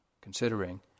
considering